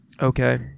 Okay